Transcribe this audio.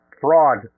fraud